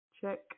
Check